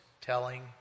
telling